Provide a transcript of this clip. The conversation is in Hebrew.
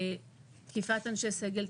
תקיפת אנשי סגל,